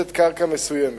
ומשבצת קרקע מסוימת.